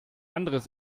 anderes